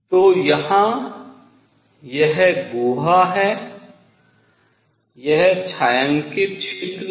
तो यहाँ यह गुहा है यह छायांकित क्षेत्र था